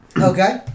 Okay